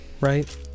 right